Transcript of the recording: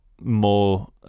more